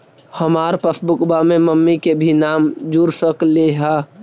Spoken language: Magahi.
हमार पासबुकवा में मम्मी के भी नाम जुर सकलेहा?